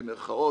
במירכאות,